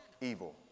evil